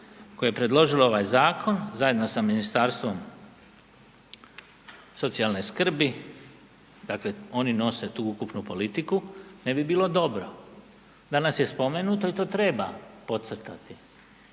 koje je predložilo ovaj zakon, zajedno sa Ministarstvo socijalne skrbi, dakle oni nose tu ukupnu politiku, ne bi bilo dobro. Danas je spomenuto i to treba podcrtati,